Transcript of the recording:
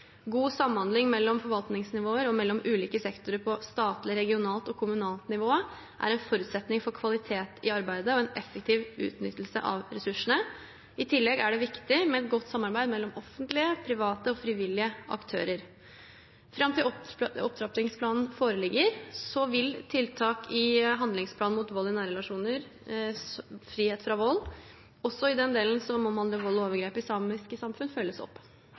God samhandling mellom forvaltningsnivåer og mellom ulike sektorer på statlig, regionalt og kommunalt nivå er en forutsetning for kvalitet i arbeidet og en effektiv utnyttelse av ressursene. I tillegg er det viktig med et godt samarbeid mellom offentlige, private og frivillige aktører. Fram til opp opptrappingsplanen foreligger vil tiltak i handlingsplanen mot vold i nære relasjoner, Frihet fra vold, også den delen som omhandler vold og overgrep i samiske samfunn, følges opp.